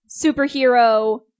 superhero